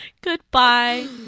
Goodbye